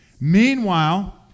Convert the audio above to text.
Meanwhile